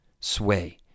sway